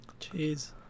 jeez